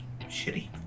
shitty